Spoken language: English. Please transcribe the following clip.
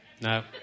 No